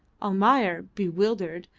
almayer, bewildered,